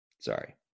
sorry